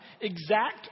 exact